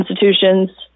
institutions